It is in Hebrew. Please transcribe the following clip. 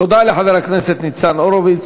תודה לחבר הכנסת ניצן הורוביץ.